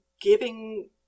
Giving